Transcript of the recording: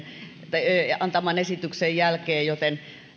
antaman esityksen jälkeen joten